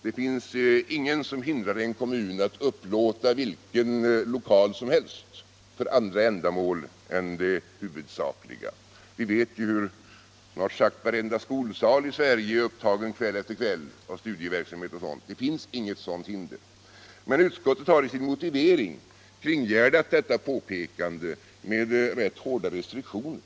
Det finns inget som hindrar en kommun att upplåta vilken lokal som helst för andra ändamål än de huvudsakliga: Vi vet ju hur snart sagt varenda skolsal är upptagen kväll efter kväll av studieverksamhet och sådant. Men utskottet har i sin motivering kringgärdat detta påpekande med rätt hårda restriktioner.